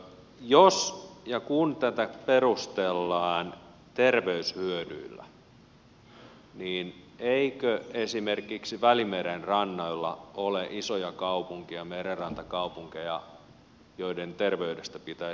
jos ja kun tätä perustellaan terveyshyödyillä niin eikö esimerkiksi välimeren rannoilla ole isoja kaupunkeja merenrantakaupunkeja joiden terveydestä pitäisi huolehtia